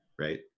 right